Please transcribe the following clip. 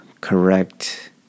correct